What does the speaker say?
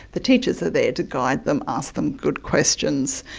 the teachers are there to guide them, ask them good questions,